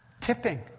tipping